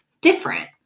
different